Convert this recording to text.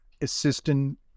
assistant